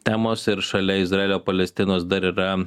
temos ir šalia izraelio palestinos dar yra